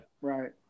Right